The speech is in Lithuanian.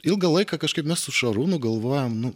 ilgą laiką kažkaip mes su šarūnu galvojom nu